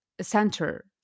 center